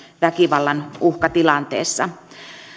väkivallan uhkatilanteessa